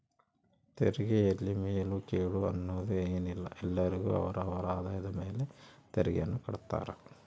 ತೆರಿಗೆಯಲ್ಲಿ ಮೇಲು ಕೀಳು ಅನ್ನೋದ್ ಏನಿಲ್ಲ ಎಲ್ಲರಿಗು ಅವರ ಅವರ ಆದಾಯದ ಮೇಲೆ ತೆರಿಗೆಯನ್ನ ಕಡ್ತಾರ